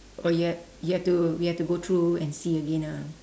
oh you have you have to we have to go through and see again ah